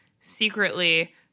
secretly